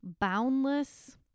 boundless